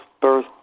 birth